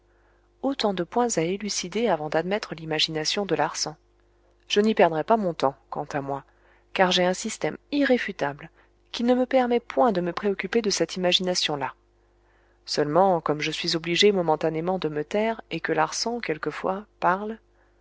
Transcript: autant de points à élucider avant d'admettre l'imagination de larsan je n'y perdrai pas mon temps quant à moi car j'ai un système irréfutable qui ne me permet point de me préoccuper de cette imagination là seulement comme je suis obligé momentanément de me taire et que larsan quelquefois parle